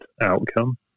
outcome